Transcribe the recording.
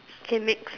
okay next